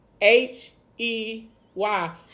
H-E-Y